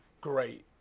great